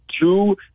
two